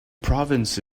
province